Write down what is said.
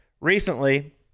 recently